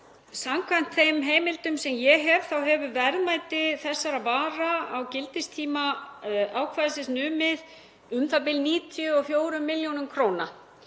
Samkvæmt þeim heimildum sem ég hef þá hefur verðmæti þessara vara á gildistíma ákvæðisins numið u.þ.b. 94 millj. kr.